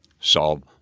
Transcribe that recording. solve